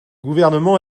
gouvernement